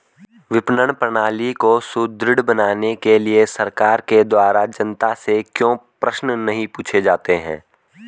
विपणन प्रणाली को सुदृढ़ बनाने के लिए सरकार के द्वारा जनता से क्यों प्रश्न नहीं पूछे जाते हैं?